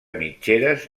mitgeres